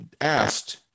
asked